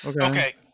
Okay